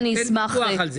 אין ויכוח על זה.